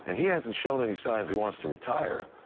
and he hasn't shown any signs he wants to retire.